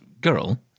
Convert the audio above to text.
girl